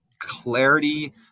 clarity